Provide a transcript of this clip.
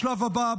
בשלב הבא,